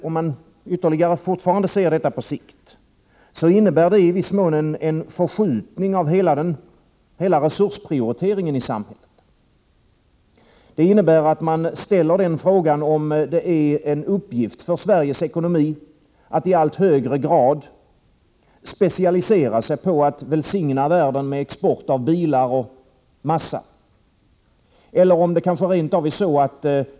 Om vi ser detta på sikt innebär det i viss mån en förskjutning av hela resursprioriteringen i samhället. Det innebär att vi ställer frågan om det är en uppgift för Sverige och dess ekonomi att i allt högre grad specialisera sig på att välsigna världen med export av bilar och massa.